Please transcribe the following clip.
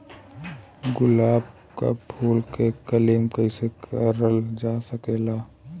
गुलाब क फूल के कलमी कैसे करल जा सकेला?